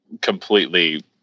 completely